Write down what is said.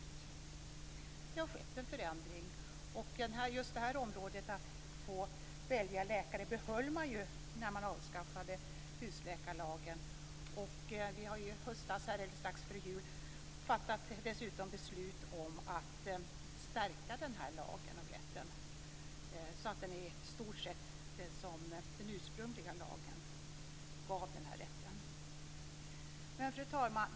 Det har skett en förändring. Och just det här med rätten att välja läkare behöll man ju när man avskaffade husläkarlagen. Strax före jul fattade vi dessutom beslut om att stärka den här lagen så att den i stort sett ger samma rätt som den ursprungliga lagen. Fru talman!